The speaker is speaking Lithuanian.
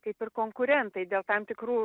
kaip ir konkurentai dėl tam tikrų